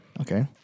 Okay